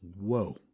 whoa